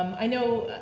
i know,